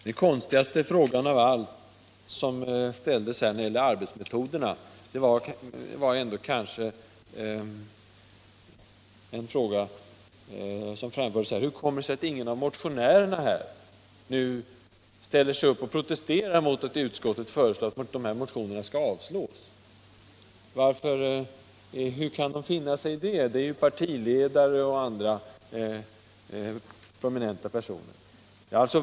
Den konstigaste frågan av alla när det gäller arbetsmetoderna var kanske ändå: Hur kommer det sig att ingen av motionärerna ställer sig upp och protesterar mot att utskottet föreslår att dessa motioner skall avslås? Hur kan motionärerna finna sig i det — det är ju partiledare och andra prominenta personer?